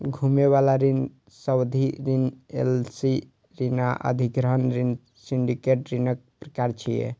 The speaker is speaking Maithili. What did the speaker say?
घुमै बला ऋण, सावधि ऋण, एल.सी ऋण आ अधिग्रहण ऋण सिंडिकेट ऋणक प्रकार छियै